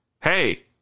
hey